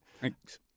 Thanks